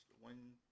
one